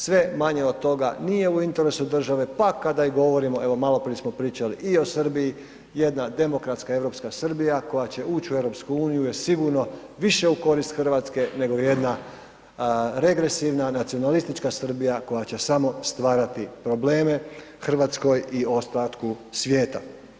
Sve manje od toga nije u interesu države, pa kada i govorimo, evo maloprije smo pričali i o Srbiji, jedna demokratska, europska Srbija koja će uć u EU je sigurno više u korist RH nego jedna regresivna nacionalistička Srbija koja će samo stvarati probleme RH i ostatku svijeta.